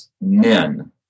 Nin